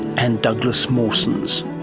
and douglas mawson's.